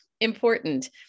important